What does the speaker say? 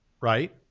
Right